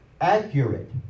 accurate